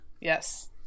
Yes